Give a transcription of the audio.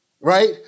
Right